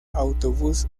autobús